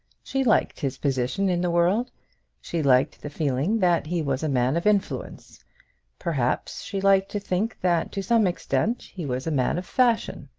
she liked his position in the world she liked the feeling that he was a man of influence perhaps she liked to think that to some extent he was a man of fashion.